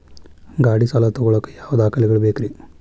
ಗಾಡಿ ಸಾಲ ತಗೋಳಾಕ ಯಾವ ದಾಖಲೆಗಳ ಬೇಕ್ರಿ?